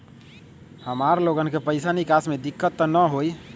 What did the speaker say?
हमार लोगन के पैसा निकास में दिक्कत त न होई?